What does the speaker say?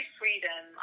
freedom